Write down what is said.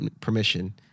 permission